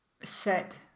set